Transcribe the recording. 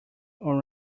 all